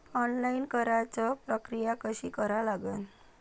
Online कराच प्रक्रिया कशी करा लागन?